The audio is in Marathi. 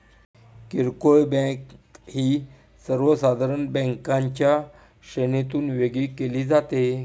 किरकोळ बँक ही सर्वसाधारण बँकांच्या श्रेणीतून वेगळी केली जाते